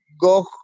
go